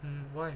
mm why